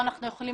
אנחנו צריכים